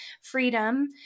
freedom